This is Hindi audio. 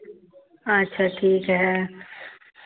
अच्छा ठीक है